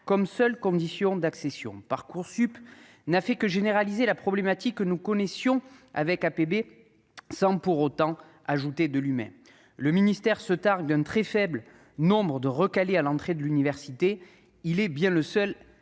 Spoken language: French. comme seule condition d'accession. Parcoursup n'a fait que généraliser la problématique que nous connaissions avec le système d'admission post-bac (APB), sans pour autant ajouter de l'humain. Le ministère se targue d'un très faible nombre de recalés à l'entrée de l'université. Il est bien le seul